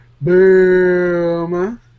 Boom